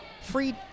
Free